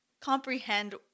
comprehend